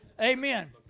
Amen